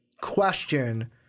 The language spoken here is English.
question